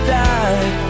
die